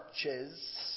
churches